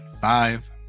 five